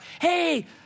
hey